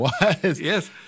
Yes